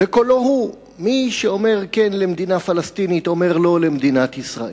בקולו הוא: מי שאומר כן למדינה פלסטינית אומר לא למדינת ישראל,